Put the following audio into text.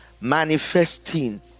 manifesting